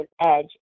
edge